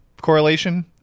correlation